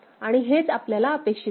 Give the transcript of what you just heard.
आणि हेच आपल्याला अपेक्षित आहे